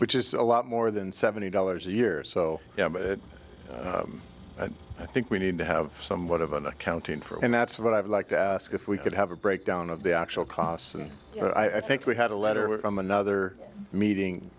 which is a lot more than seventy dollars a year so i think we need to have somewhat of an accounting for and that's what i would like to ask if we could have a breakdown of the actual costs and i think we had a letter from another meeting